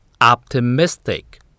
optimistic